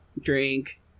Drink